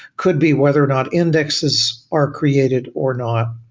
could be whether or not indexes are created or not